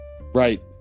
Right